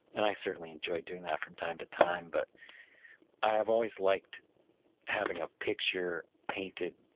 and i certainly enjoy doing that from time to time, but i have always liked having a picture painted